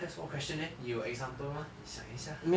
还有什么 question leh 你有 example mah 你想一下